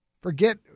Forget